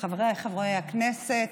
חבריי חברי הכנסת,